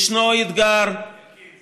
ישנו אתגר, אלקין,